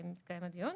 מתקיים הדיון.